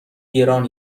گران